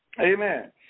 Amen